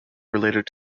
related